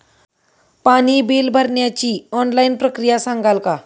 पाणी बिल भरण्याची ऑनलाईन प्रक्रिया सांगाल का?